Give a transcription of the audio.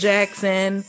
Jackson